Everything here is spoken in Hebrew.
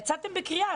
יצאתם בקריאה,